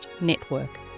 Network